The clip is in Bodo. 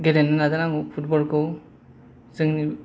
गेलेनो नाजानांगौ फुटबल खौ जोंनि